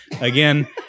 again